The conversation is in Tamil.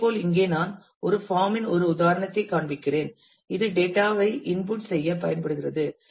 இதேபோல் இங்கே நான் ஒரு பாம் இன் ஒரு உதாரணத்தைக் காண்பிக்கிறேன் இது டேட்டா ஐ இன்புட் செய்ய பயன்படுகிறது